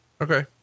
Okay